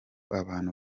abantu